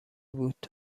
بود